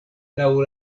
laŭ